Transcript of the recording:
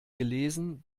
gelesen